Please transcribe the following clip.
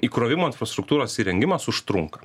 įkrovimo infrastruktūros įrengimas užtrunka